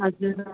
हजुर